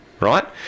right